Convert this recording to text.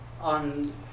on